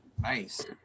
Nice